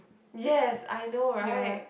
yes I know right